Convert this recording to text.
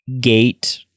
gate